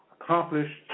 accomplished